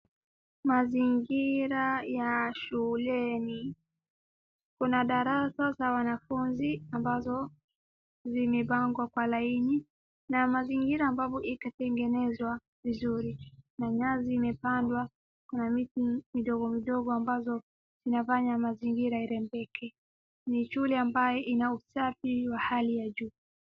Mazingira ya shuleni. Kuna darasa za wanafunzi ambazo zimepangwa kwa laini na mazingira ambapo itatengenezwa vizuri na nyasi imepandwa na mti mdogo mdodgo ambazo inafanya mazingira irembeke. Ni shule ambayo ina usafi wa hali ya juu.